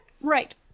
Right